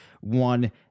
one